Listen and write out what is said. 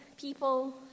people